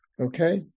Okay